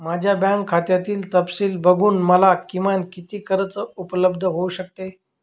माझ्या बँक खात्यातील तपशील बघून मला किमान किती कर्ज उपलब्ध होऊ शकते?